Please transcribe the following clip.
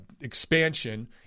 expansion